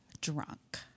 drunk